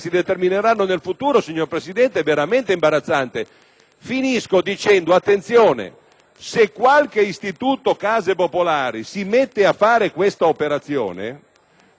se qualche istituto autonomo case popolari si metterà a fare questa operazione, nel giro di sei mesi spenderà tutti i soldi che deve utilizzare per costruire le case popolari ai poveracci.